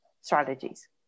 strategies